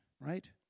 Right